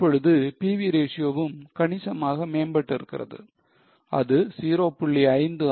இப்பொழுது PV ratio ம் கணிசமாக மேம்பட்டு இருக்கிறது அது 0